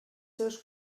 seus